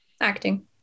Acting